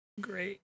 Great